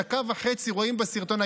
דקה וחצי רואים בסרטון,